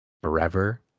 Forever